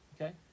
Okay